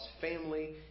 family